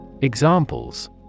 Examples